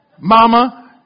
Mama